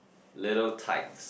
little tides